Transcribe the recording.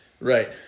Right